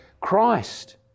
Christ